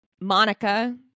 Monica